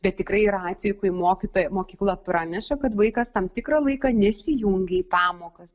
bet tikrai yra atvejų kai mokytojai mokykla praneša kad vaikas tam tikrą laiką nesijungia į pamokas